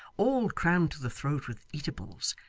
all crammed to the throat with eatables,